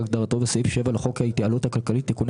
כהגדרתו בסעיף 7 לחוק ההתייעלות הכלכלית (תיקוני